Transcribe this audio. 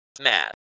mad